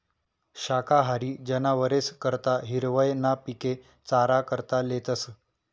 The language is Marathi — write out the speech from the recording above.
शाकाहारी जनावरेस करता हिरवय ना पिके चारा करता लेतस